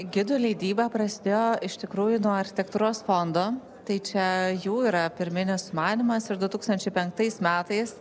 gidų leidyba prasidėjo iš tikrųjų nuo architektūros fondo tai čia jų yra pirminis sumanymas ir du tūkstančiai penktais metais